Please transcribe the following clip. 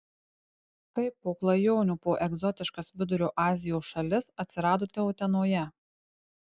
kaip po klajonių po egzotiškas vidurio azijos šalis atsiradote utenoje